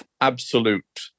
absolute